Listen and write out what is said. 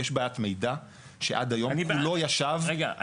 יש בעיית מידע שעד היום כולו ישב --- רגע,